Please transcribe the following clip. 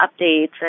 updates